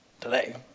today